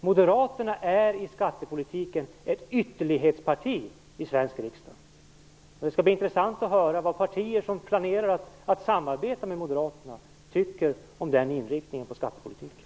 Moderaterna är i skattepolitiken ett ytterlighetsparti i den svenska riksdagen. Det skall bli intressant att höra vad de partier som planerar att samarbeta med Moderaterna tycker om den inriktningen på skattepolitiken.